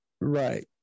Right